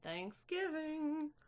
Thanksgiving